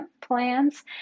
plans